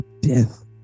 death